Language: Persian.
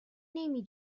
نمی